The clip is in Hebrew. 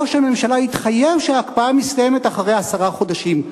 ראש הממשלה התחייב שההקפאה מסתיימת אחרי עשרה חודשים.